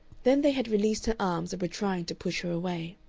then they had released her arms and were trying to push her away.